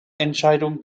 entscheidung